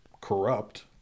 corrupt